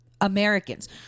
Americans